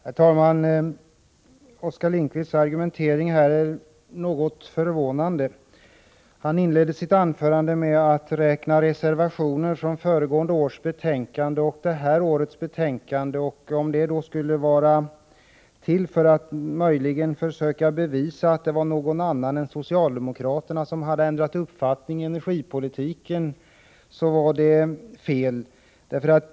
Herr talman! Oskar Lindkvists argumentering är något förvånande. Han inledde sitt anförande med att jämföra antalet reservationer från föregående års betänkande med antalet i detta års betänkande. Om detta skedde för att möjligen försöka bevisa att någon annan än socialdemokraterna har ändrat uppfattning i fråga om energipolitiken, var det en felaktig metod.